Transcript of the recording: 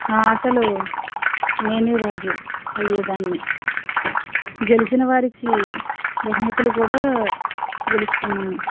ఆ ఆటలో నేనే రాజు అయ్యేదాన్ని గెలిచిన వారికి బహుమతులు కూడా గెలుచుకున్నాను